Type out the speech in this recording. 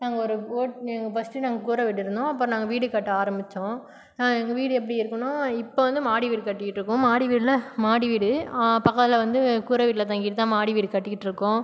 நாங்கள் ஒரு ஓட் ஃபர்ஸ்ட் நாங்கள் கூரை வீட்டில் இருந்தோம் அப்பறம் நாங்கள் வீடு கட்ட ஆரமித்தோம் எங்கள் வீடு எப்படி இருக்கும்னால் இப்போ வந்து மாடிவீடு கட்டிக்கிட்டு இருக்கோம் மாடிவீட்டில மாடிவீடு பக்கத்தில் வந்து கூரை வீட்டில் தங்கிகிட்டு தான் மாடிவீடு கட்டிகிட்டு இருக்கோம்